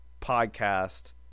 podcast